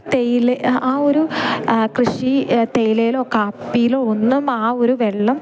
തേയില ആ ഒരു കൃഷി തേയിലയിലോ കാപ്പിയിലോ ഒന്നും ആ ഒരു വെള്ളം